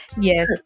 Yes